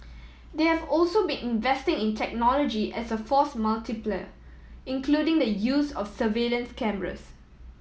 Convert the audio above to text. they have also been investing in technology as a force multiplier including the use of surveillance cameras